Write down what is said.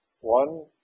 One